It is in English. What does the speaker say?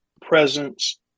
presence